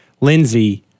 Lindsey